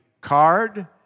card